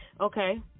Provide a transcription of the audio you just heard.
Okay